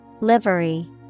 Livery